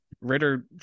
Ritter –